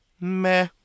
meh